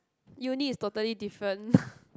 uni is totally different